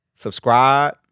Subscribe